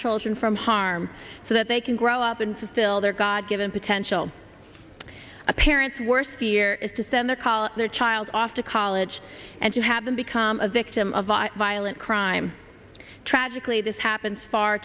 children from harm so that they can grow up and to fill their god given potential a parent's worst fear is to send their call their child off to college and you haven't become a victim of a violent crime tragically this happens far